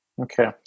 Okay